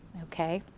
okay,